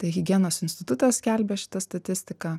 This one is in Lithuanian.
tai higienos institutas skelbia šitą statistiką